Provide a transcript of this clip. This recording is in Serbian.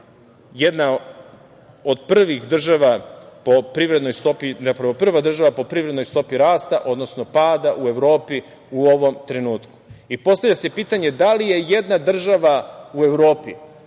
Srbija je prva država po privrednoj stopi rasta, odnosno pada u Evropi u ovom trenutku. Postavlja se pitanje – da li je jedna država u Evropi